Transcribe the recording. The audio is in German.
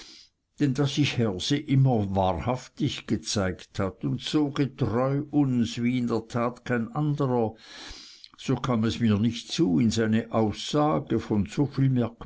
denn da sich der herse immer wahrhaftig gezeigt hat und so getreu uns in der tat wie kein anderer so kam es mir nicht zu in seine aussage von